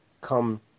come